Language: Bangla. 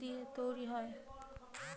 দিয়ে তৈরি হয়